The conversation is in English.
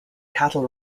cattle